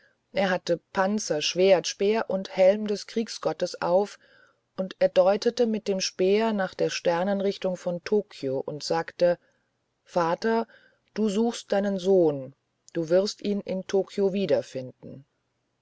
er hatte panzer schwert speer und helm des kriegsgottes auf und er deutete mit dem speer nach der sternenrichtung von tokio und er sagte vater du suchst deinen sohn du wirst ihn in tokio wiederfinden